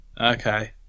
Okay